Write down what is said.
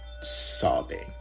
sobbing